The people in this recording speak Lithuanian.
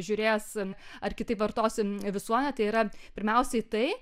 žiūrė ar kitaip vartos visuomenė tai yra pirmiausiai tai